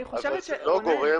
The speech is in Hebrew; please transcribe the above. אבל זה לא גורם